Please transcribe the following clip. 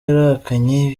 yarahakanye